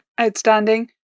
outstanding